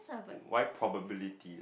why probability